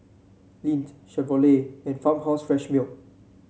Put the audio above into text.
Lindt Chevrolet and Farmhouse Fresh Milk